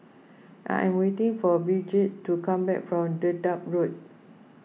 I am waiting for Brigette to come back from Dedap Road